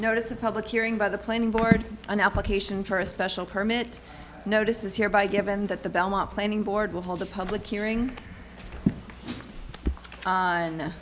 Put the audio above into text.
notice a public hearing by the planning board an application for a special permit notice is here by given that the belmont planning board will hold a public hearing